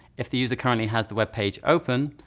if the user currently has the web page open,